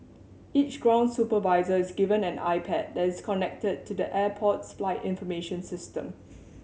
each ground supervisor is given an iPad that is connected to the airport's flight information system